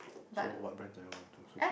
so what brands are you loyal to so